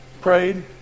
Prayed